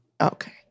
Okay